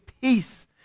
Peace